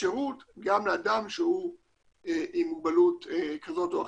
שירות גם לאדם שהוא עם מוגבלות כזאת או אחרת.